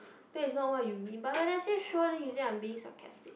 that is not what you mean but when I say sure then you say I'm being sarcastic